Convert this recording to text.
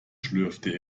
schlürfte